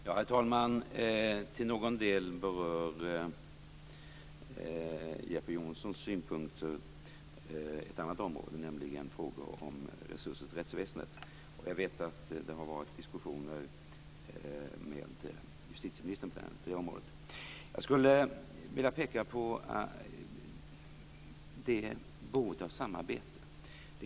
Herr talman! Till någon del berör Jeppe Johnssons synpunkter ett annat område, nämligen det som handlar om resurser till rättsväsendet. Och jag vet att det har varit diskussioner med justitieministern på det området. Jag skulle vilja peka på behovet av samarbete.